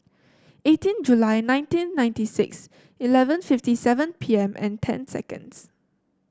eighteen July nineteen ninety six eleven fifty seven P M and ten seconds